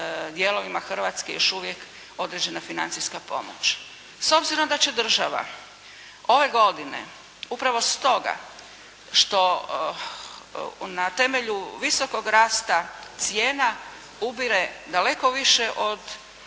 Hrvatske još uvijek određena financijska pomoć. S obzirom da će država ove godine upravo stoga što na temelju visokog rasta cijena ubire daleko više od